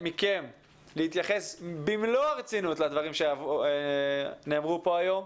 מכם להתייחס במלוא הרצינות לדברים שנאמרו כאן היום,